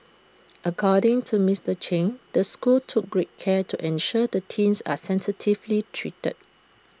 according to Mister Chen the school took great care to ensure the teen are sensitively treated